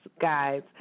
guys